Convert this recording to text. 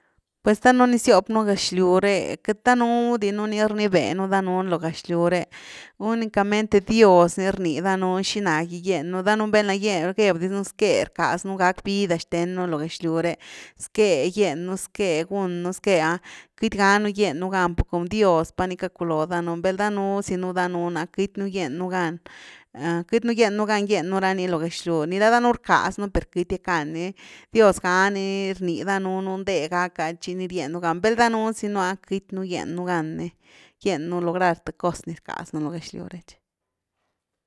Pues danuunu ni ziop nú gëxlyw re, queity danuudi nú ni rnibe nú danuun lo gëxlyw re, únicamente dios ni rni danuun xina gy gien nú, danuun val´na gye- geby diz nú zque rcas nú gac vida xthen nú lo gëxlyw re, zqué gien nú, zqué gún nú zqué’a, queity ga nú gien nú gan per com dios pa ni caculoo danun, vel danuuzi nú danuun’a queity nú gien nú gan. Queity nú gienu gan giennu ra ni lo gëxlyw nickla danuun rckaz nú per queity gackan ni, dios gani rni danunu ndé gack’a tchi ni rien un gan, vel danuu zynu’a queity gien nú gan ni gien nú lograr th cos ni rckaz nú lo gëxlyw re tchi.